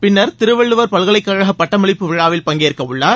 பின்னர் திருவள்ளுவர் பல்கலைக்கழக பட்டமளிப்பு விழாவில் பங்கேற்க உள்ளார்